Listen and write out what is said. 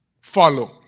follow